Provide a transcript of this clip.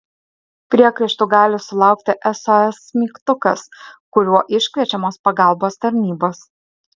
priekaištų gali sulaukti sos mygtukas kuriuo iškviečiamos pagalbos tarnybos